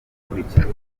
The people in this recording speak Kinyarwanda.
gukurikizwa